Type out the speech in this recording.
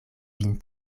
vin